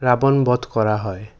ৰাৱন বধ কৰা হয়